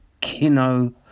Kino